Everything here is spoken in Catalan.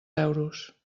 euros